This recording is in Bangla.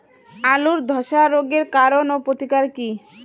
আলুর ধসা রোগের কারণ ও প্রতিকার কি?